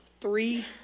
three